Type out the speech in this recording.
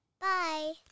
Bye